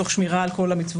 תוך שמירה על כל המצוות,